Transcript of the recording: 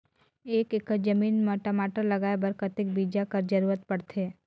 एक एकड़ जमीन म टमाटर लगाय बर कतेक बीजा कर जरूरत पड़थे?